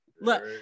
Look